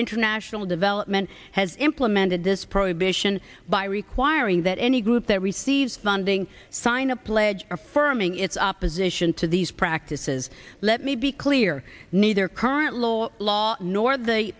international development has implemented this prohibition by requiring that any group that receives funding sign a pledge affirming its opposition to these practices let me be clear neither current law law nor the